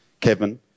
Kevin